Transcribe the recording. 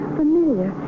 familiar